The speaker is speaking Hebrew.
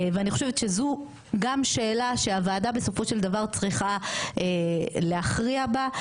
ואני חושבת שזו גם שאלה שהוועדה בסופו של דבר צריכה להכריע בה,